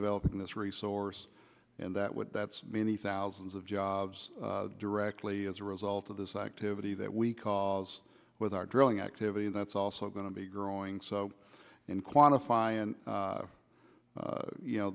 developing this resource and that would that's many thousands of jobs directly as a result of this activity that we caused with our drilling activity that's also going to be growing so in quantify and you know